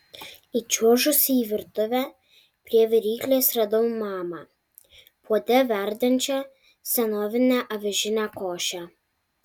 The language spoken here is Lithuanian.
įčiuožusi į virtuvę prie viryklės radau mamą puode verdančią senovinę avižinę košę